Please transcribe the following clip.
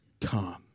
come